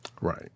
Right